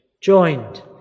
joined